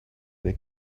they